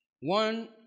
one